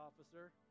officer